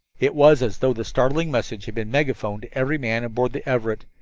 it was as though the startling message had been megaphoned to every man aboard the everett.